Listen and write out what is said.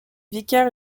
vicaire